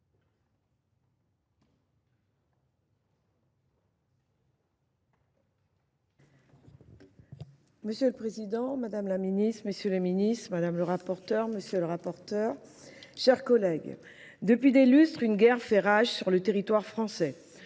Monsieur le Président, Madame la Ministre, Monsieur les Ministres, Madame le Rapporteur, Monsieur le Rapporteur, Chers collègues, Depuis délustre, une guerre fait rage sur le territoire français.